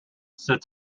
sits